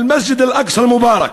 אל-מסג'ד אל-אקצא אל-מובארכ,